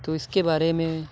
تو اِس کے بارے میں